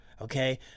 okay